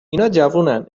جوونن